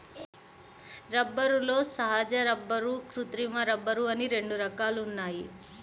రబ్బరులో సహజ రబ్బరు, కృత్రిమ రబ్బరు అని రెండు రకాలు ఉన్నాయి